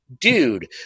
dude